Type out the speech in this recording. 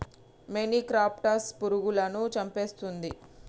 మొనిక్రప్టస్ పురుగులను చంపేస్తుందా?